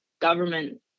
government